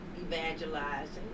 evangelizing